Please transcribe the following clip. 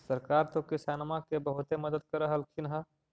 सरकार तो किसानमा के बहुते मदद कर रहल्खिन ह?